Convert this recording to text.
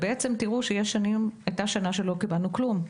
אפשר לראות שהייתה שנה שבה לא קיבלנו כלום,